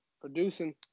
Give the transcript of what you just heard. Producing